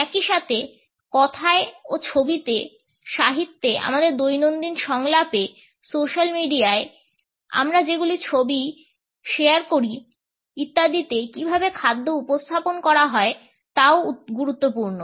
একই সাথে কথায় ও ছবিতে সাহিত্যে আমাদের দৈনন্দিন সংলাপে সোশ্যাল মিডিয়ায় আমরা যে ছবিগুলি শেয়ার করি ইত্যাদিতে কীভাবে খাদ্য উপস্থাপন করা হয় তাও গুরুত্বপূর্ণ